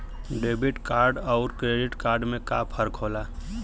Debit card अउर credit card में का फर्क होला?